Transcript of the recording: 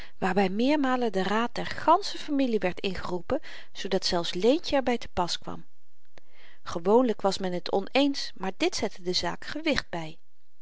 waarby meermalen de raad der gansche familie werd ingeroepen zoodat zelfs leentjen er by te pas kwam gewoonlyk was men t on eens maar dit zette de zaak gewicht by